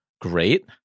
great